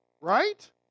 Right